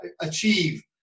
achieve